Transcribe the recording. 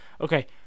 Okay